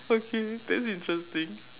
okay that's interesting